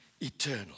eternal